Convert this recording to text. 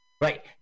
Right